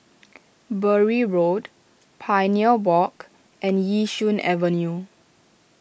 Bury Road Pioneer Walk and Yishun Avenue